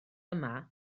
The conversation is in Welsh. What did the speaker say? yma